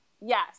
yes